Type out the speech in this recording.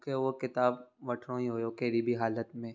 मूंखे उहो किताबु वठणो ई हुयो कहिड़ी बि हालति में